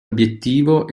obiettivo